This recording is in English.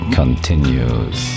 continues